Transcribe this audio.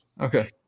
Okay